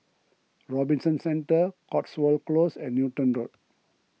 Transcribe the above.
Robinson Centre Cotswold Close and Newton Road